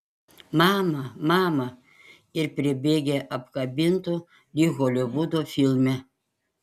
mama mama ir pribėgę apkabintų lyg holivudo filme